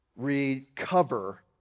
recover